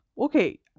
okay